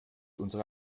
unsere